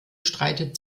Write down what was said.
streitet